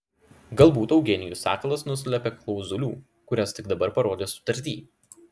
galbūt eugenijus sakalas nuslėpė klauzulių kurias tik dabar parodys sutarty